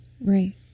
Right